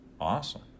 Awesome